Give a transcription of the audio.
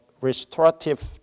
restorative